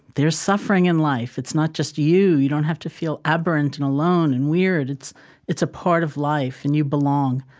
there's suffering in life. it's not just you. you don't have to feel abhorrent and alone and weird. it's it's a part of life, and you belong.